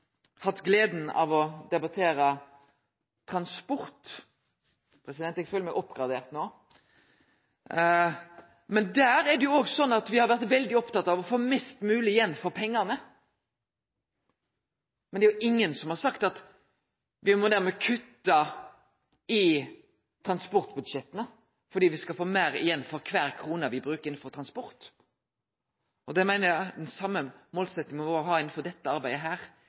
hatt gleda av å debattere transport – eg føler meg oppgradert no – og der har me jo òg vore veldig opptekne av å få mest mogleg igjen for pengane. Men det er jo ingen som har sagt at me dermed må kutte i transportbudsjetta for å få meir igjen for kvar krone me bruker innanfor transport. Eg meiner me må ha den same målsettinga innanfor dette arbeidet.